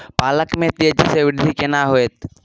पालक में तेजी स वृद्धि केना होयत?